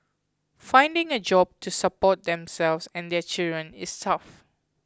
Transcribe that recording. finding a job to support themselves and their children is tough